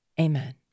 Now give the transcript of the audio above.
Amen